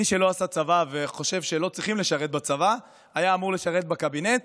מי שלא עשה צבא ולא חושב שצריכים לשרת בצבא היה אמור לשרת בקבינט